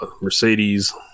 Mercedes